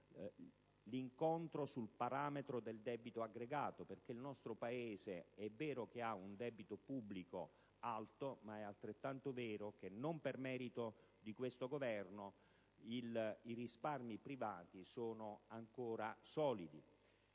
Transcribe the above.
l'incontro sul parametro del debito aggregato. È vero che il nostro Paese ha un debito pubblico alto, ma è altrettanto vero - e non per merito di questo Governo - che i risparmi privati sono ancora solidi.